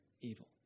evil